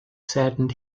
saddened